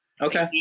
Okay